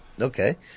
okay